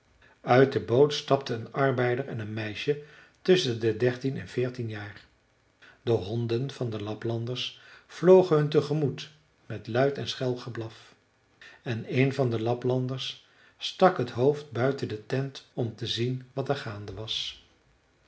uit de boot stapten een arbeider en een meisje tusschen de dertien en veertien jaar de honden van de laplanders vlogen hun te gemoet met luid en schel geblaf en een van de laplanders stak het hoofd buiten de tent om te zien wat er gaande was